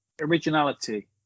Originality